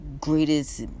greatest